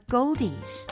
Goldies